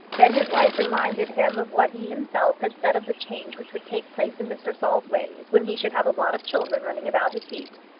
then his wife reminded him of what he himself had said of the change which would take place in mr. saul's ways when he should have a lot of children running about his feet.